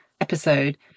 episode